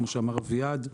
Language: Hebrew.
כמו שאמר אביעד,